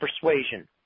persuasion